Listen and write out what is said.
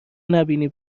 نبینی